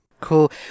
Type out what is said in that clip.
Cool